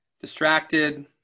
Distracted